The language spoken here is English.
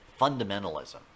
fundamentalism